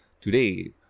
today